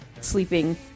sleeping